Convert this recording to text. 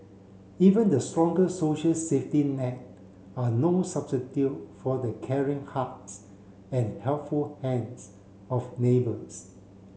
even the strongest social safety net are no substitute for the caring hearts and helpful hands of neighbours